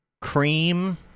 Cream